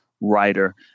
writer